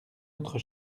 autre